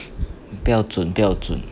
你不要 zun 不要 zun